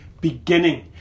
beginning